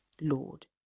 Lord